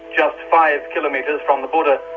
just five kilometres from the border,